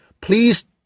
please